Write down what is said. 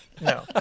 No